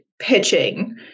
pitching